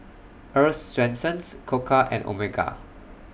Earl's Swensens Koka and Omega